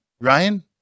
Ryan